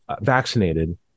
vaccinated